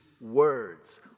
words